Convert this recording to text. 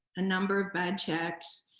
a number of bad checks.